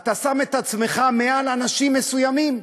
אתה שם את עצמך מעל אנשים מסוימים.